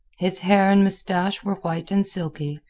his hair and mustache were white and silky,